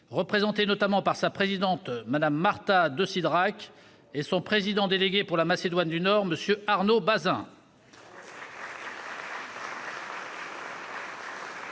représenté notamment par sa présidente, Mme Marta de Cidrac, et son président délégué pour la Macédoine du Nord, M. Arnaud Bazin.